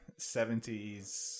70s